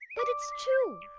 but it's true.